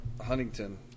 Huntington